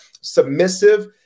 submissive